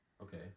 okay